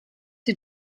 sie